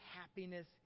happiness